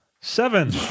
Seven